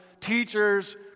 teachers